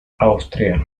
austria